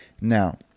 Now